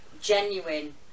genuine